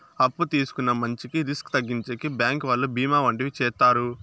అప్పు తీసుకున్న మంచికి రిస్క్ తగ్గించేకి బ్యాంకు వాళ్ళు బీమా వంటివి చేత్తారు